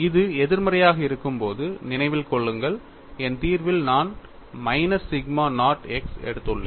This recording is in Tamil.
இது எதிர்மறையாக இருக்கும்போது நினைவில் கொள்ளுங்கள் என் தீர்வில் நான் மைனஸ் சிக்மா நாட் x எடுத்துள்ளேன்